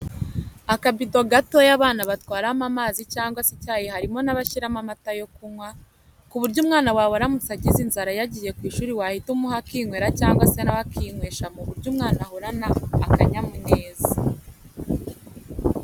Akabido gatoya abana batwaramo amazi cyangwa se icyayi harimo n'abashyiramo amata yo kunywa, ku buryo umwana wawe aramutse agize inzara yagiye ku ishuri wahita umuha akinywera cyangwa se nawe akinywesha ku buryo umwana ahorana akanyamuneza.